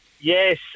yes